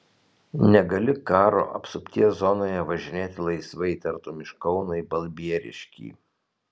negali karo apsupties zonoje važinėti laisvai tartum iš kauno į balbieriškį